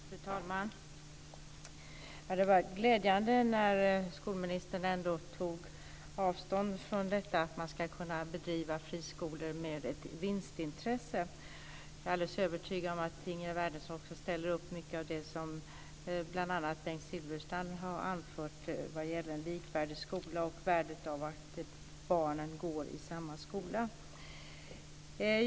Fru talman! Det var glädjande att skolministern tog avstånd från att man ska kunna bedriva friskolor med vinstintresse. Jag är alldeles övertygad om att Ingegerd Wärnersson också ställer upp på mycket av det som bl.a. Bengt Silfverstrand har anfört vad gäller likvärdig skola och värdet av att barnen går i samma slags skola.